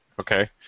Okay